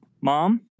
Mom